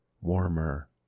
warmer